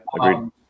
agreed